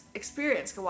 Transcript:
experience